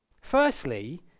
Firstly